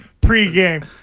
Pre-game